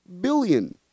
Billion